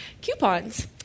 coupons